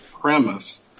premise